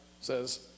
says